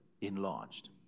enlarged